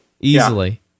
easily